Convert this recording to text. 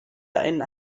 einen